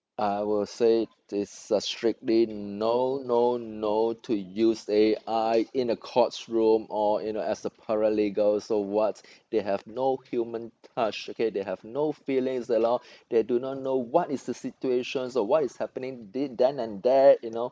I will say it's a strictly no no no to use A_I in the courts room or you know as a paralegal so what they have no human touch okay they have no feelings at all they do not know what is the situations or what is happening did then and there you know